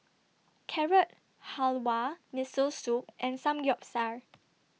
Carrot Halwa Miso Soup and Samgeyopsal